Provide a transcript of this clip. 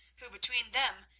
who between them,